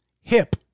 hip